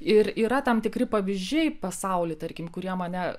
ir yra tam tikri pavyzdžiai pasauly tarkim kurie mane